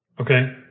Okay